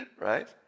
Right